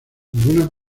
algunas